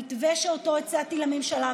המתווה שאותו הצעתי לממשלה,